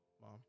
Mom